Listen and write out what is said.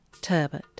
turbot